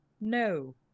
No